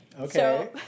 Okay